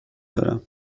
دارم